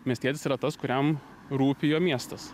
miestietis yra tas kuriam rūpi jo miestas